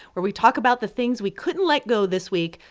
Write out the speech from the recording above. where we talk about the things we couldn't let go this week,